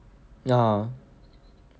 ya